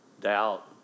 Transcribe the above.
doubt